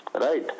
Right